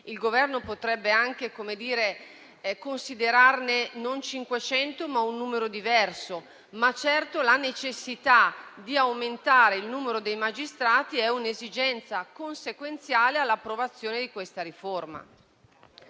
Il Governo potrebbe anche considerarne non 500, ma un numero diverso; certo però la necessità di aumentare il numero dei magistrati è un'esigenza consequenziale all'approvazione di questa riforma.